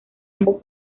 ambos